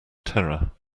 terror